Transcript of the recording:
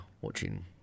watching